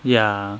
ya